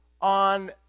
on